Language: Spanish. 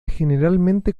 generalmente